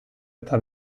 eta